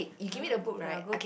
ya ya good